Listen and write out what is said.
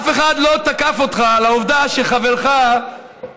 אף אחד לא תקף אותך על העובדה שחברך אבו